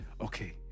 Okay